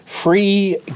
Free